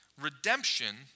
Redemption